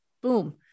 Boom